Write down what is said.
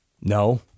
No